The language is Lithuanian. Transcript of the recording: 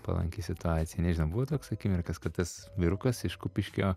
palanki situacija nežinau buvo toks akimirkas kad tas vyrukas iš kupiškio